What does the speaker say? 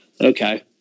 Okay